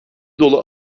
dolu